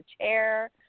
chair